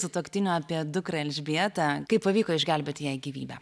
sutuoktinių apie dukrą elžbietą kaip pavyko išgelbėti jai gyvybę